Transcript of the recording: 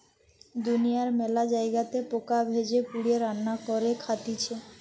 দুনিয়ার মেলা জায়গাতে পোকা ভেজে, পুড়িয়ে, রান্না করে খাইতেছে